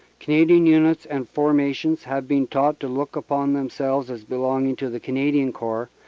canadian units and formations have been taught to look upon them selves as belonging to the canadian corps,